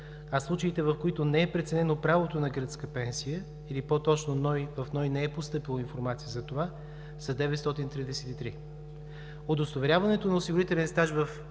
А случаите, в които не е преценено правото на гръцка пенсия, или по-точно в НОИ не е постъпила информация за това, са 933. Удостоверяването на осигурителен стаж в